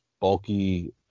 bulky